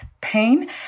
pain